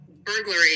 burglary